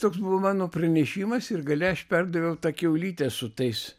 toks buvo mano pranešimas ir gale aš perdaviau tą kiaulytę su tais